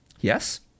Yes